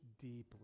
deeply